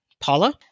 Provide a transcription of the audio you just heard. Paula